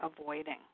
avoiding